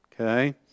Okay